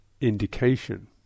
indication